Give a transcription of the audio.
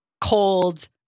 cold